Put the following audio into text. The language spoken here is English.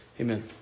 Amen